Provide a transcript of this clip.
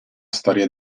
storia